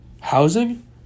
housing